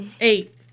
eight